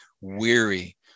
weary